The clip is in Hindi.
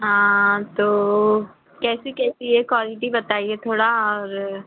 हाँ तो कैसी कैसी है क्वालिटी बताइए थोड़ा और